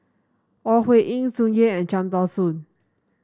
Ore Huiying Tsung Yeh and Cham Tao Soon